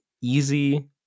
easy